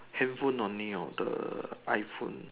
handphone only orh the iPhone